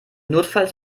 notfalls